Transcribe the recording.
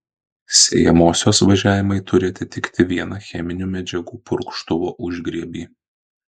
sėjamosios važiavimai turi atitikti vieną cheminių medžiagų purkštuvo užgriebį